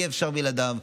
אי-אפשר בלעדיו,